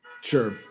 Sure